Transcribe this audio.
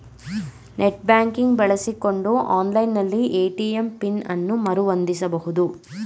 net banking ಬಳಸಿಕೊಂಡು online ನಲ್ಲಿ ATM PIN ಅನ್ನು ಮರು ಹೊಂದಿಸಬಹುದು